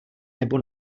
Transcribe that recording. nebo